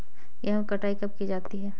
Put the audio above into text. गेहूँ की कटाई कब की जाती है?